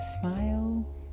smile